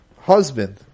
husband